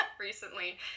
recently